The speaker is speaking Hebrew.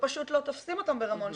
שפשוט לא תופסים אותן ברמון,